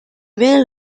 vienen